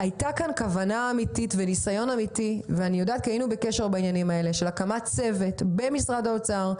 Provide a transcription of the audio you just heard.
כוונה אמיתית וניסיון אמיתי כולל הקמת צוות במשרד האוצר,